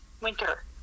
winter